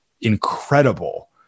incredible